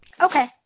Okay